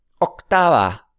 Octava